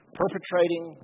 perpetrating